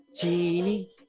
Genie